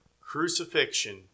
crucifixion